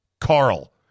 Carl